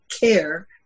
care